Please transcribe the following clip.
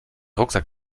rucksack